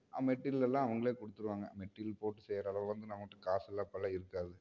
material எல்லாம் அவங்களே கொடுத்துருவாங்க மெட்டீரியல் போட்டு செய்கிற அளவு வந்து நம்மட்ட காசு எல்லாம் அப்போல்லாம் இருக்காது